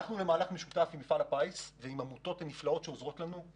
הלכנו למהלך משותף עם מפעל הפיס ועם עמותות נפלאות שעוזרות לנו,